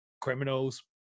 criminals